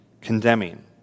condemning